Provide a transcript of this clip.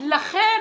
לכן